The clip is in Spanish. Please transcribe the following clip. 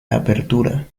apertura